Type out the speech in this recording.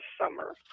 summer